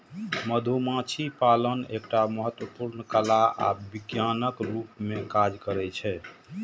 मधुमाछी पालन एकटा महत्वपूर्ण कला आ विज्ञानक रूप मे काज करै छै